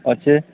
ଅଛେ